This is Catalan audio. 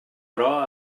però